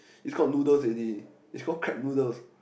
it's called noodles already it's called crab noodles